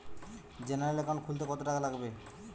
General account খুলতে কত টাকা লাগবে?